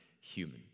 human